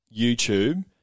YouTube